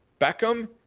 Beckham